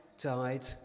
died